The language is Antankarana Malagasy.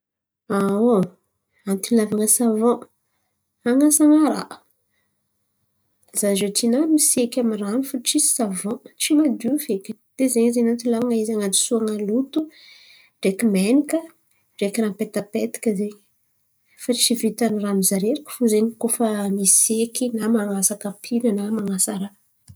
Aon, antony hilavan̈a savony hanasan̈a raha za zioty na miseky amin’ny ran̈o fo tsisy savony tsy madio fekiny. De ze zen̈y antony hilavan̈a izy an̈adosoan̈a loto ndraiky menakà ndraiky raha mipetapetaka zen̈y. Fa tsy vitan’ny ran̈o areriky fo zen̈y koa fa miseky na fa manasa kapila na manasa raha.